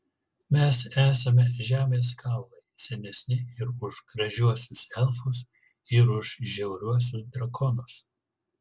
mes esame žemės kaulai senesni ir už gražiuosius elfus ir už žiauriuosius drakonus